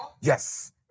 Yes